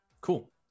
Cool